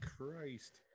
Christ